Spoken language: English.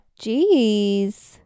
jeez